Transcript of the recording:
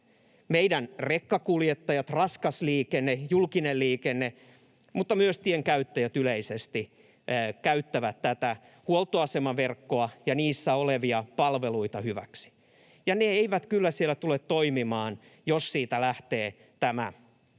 Meidän rekkakuljettajamme, raskas liikenne, julkinen liikenne, mutta myös tienkäyttäjät yleisesti käyttävät tätä huoltoasemaverkkoa ja niissä olevia palveluita hyväksi, ja ne eivät kyllä siellä tule toimimaan, jos siitä lähtee tämä